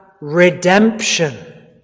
redemption